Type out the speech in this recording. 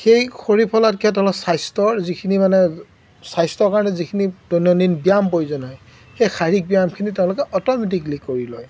সেই খৰি ফলাতকৈ তেওঁলোকে স্বাস্থ্যৰ যিখিনি মানে স্বাস্থ্যৰ কাৰণে যিখিনি দৈনন্দিন ব্যায়াম প্ৰয়োজন হয় সেই শাৰীৰিক ব্যায়ামখিনি তেওঁলোকে অট'মেটিকেলি কৰি লয়